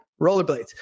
rollerblades